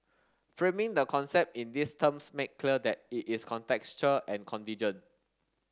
framing the concept in these terms make clear that it is contextual and contingent